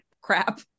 crap